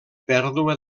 pèrdua